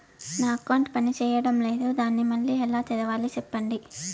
నా అకౌంట్ పనిచేయడం లేదు, దాన్ని మళ్ళీ ఎలా తెరవాలి? సెప్పండి